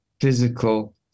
physical